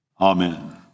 Amen